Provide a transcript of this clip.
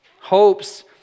Hopes